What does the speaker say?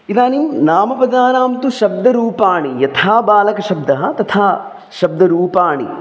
इदानीं नामपदानां तु शब्दरूपाणि यथा बालकशब्दः तथा शब्दरूपाणि